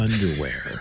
underwear